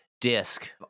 disc